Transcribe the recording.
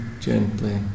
gently